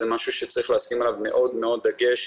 זה משהו שצריך לשים עליו מאוד-מאוד דגש.